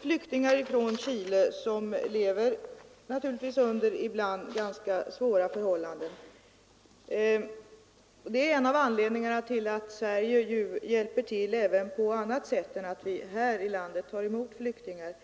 flyktingar från Chile som naturligtvis ibland lever under ganska svåra förhållanden. Det är anledningen till att Sverige även hjälper till på annat sätt än genom att vi här i landet tar emot flyktingar.